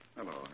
Hello